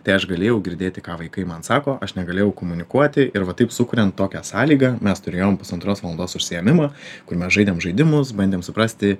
tai aš galėjau girdėti ką vaikai man sako aš negalėjau komunikuoti ir va taip sukuriant tokią sąlygą mes turėjom pusantros valandos užsiėmimą kur mes žaidėm žaidimus bandėm suprasti